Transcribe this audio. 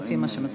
לפי מה שהמציעה,